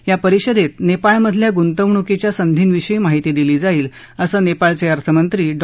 या परिषदेत नेपाळमधल्या गुंतवणुकीच्या संधीविषयी माहिती दिली जाईल असं नेपाळचे अर्थमंत्री डॉ